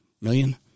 million